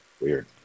weird